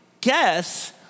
guess